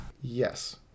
Yes